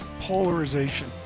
polarization